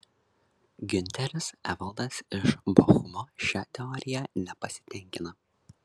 giunteris evaldas iš bochumo šia teorija nepasitenkina